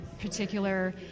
particular